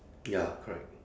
ya correct